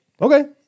Okay